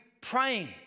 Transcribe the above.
praying